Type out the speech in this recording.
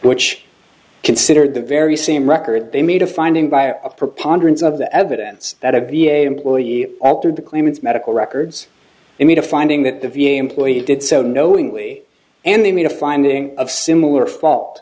which considered the very same record they made a finding by a preponderance of the evidence that a v a employee altered the claimant's medical records and made a finding that the v a employees did so knowingly and they made a finding of similar fault